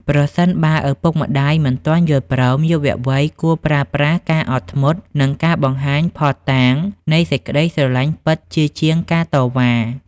ប្រសិនបើឪពុកម្ដាយមិនទាន់យល់ព្រម យុវវ័យគួរប្រើប្រាស់ការអត់ធ្មត់ និងការបង្ហាញភស្តុតាងនៃសេចក្ដីស្រឡាញ់ពិតជាជាងការតវ៉ា។